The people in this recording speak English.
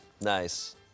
Nice